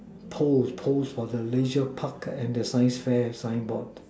poles poles for the ratio Park science fair and the sign board